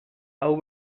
hau